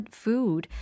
food